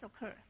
occur